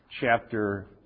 chapter